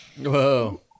Whoa